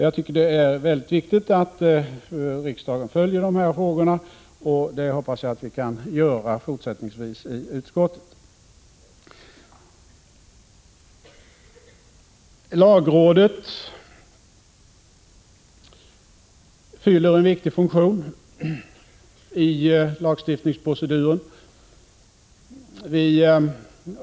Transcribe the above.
Jag tycker att det är mycket viktigt att riksdagen följer dessa frågor, och det hoppas jag att vi kan göra fortsättningsvis i utskottet. Lagrådet fyller en viktig funktion i lagstiftningsproceduren.